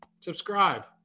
subscribe